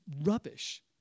rubbish